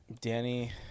Danny